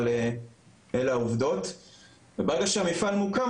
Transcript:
אבל אלה העובדות וברגע שהמפעל מוקם,